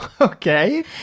Okay